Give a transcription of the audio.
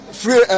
free